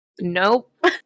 Nope